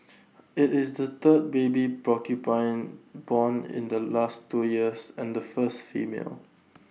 IT is the third baby porcupine born in the last two years and the first female